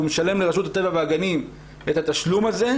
הוא משלם לרשות הטבע והגנים את התשלום הזה,